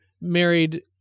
married